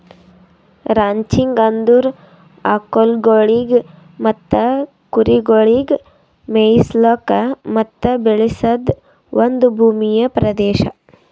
ranching ಅಂದುರ್ ಆಕುಲ್ಗೊಳಿಗ್ ಮತ್ತ ಕುರಿಗೊಳಿಗ್ ಮೆಯಿಸ್ಲುಕ್ ಮತ್ತ ಬೆಳೆಸದ್ ಒಂದ್ ಭೂಮಿಯ ಪ್ರದೇಶ